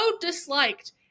disliked